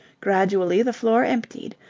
gradually the floor emptied.